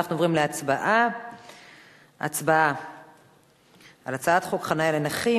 אנחנו עוברים להצבעה על הצעת חוק חנייה לנכים